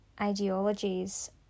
ideologies